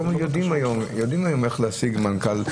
היום יודעים איך להשיג מנכ"ל,